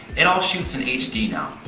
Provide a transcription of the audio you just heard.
it all shoots in hd now.